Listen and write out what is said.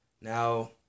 Now